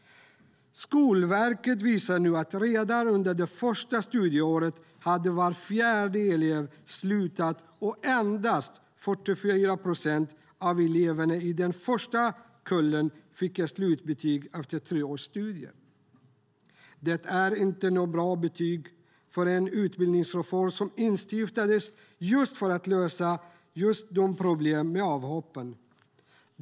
Skolverket visar nu att redan under det första studieåret hade var fjärde elev slutat, och endast 44 procent av eleverna i den första kullen fick ett slutbetyg efter tre års studier. Det är inte något bra betyg för en utbildningsreform som instiftades för att lösa just problemen med avhoppen.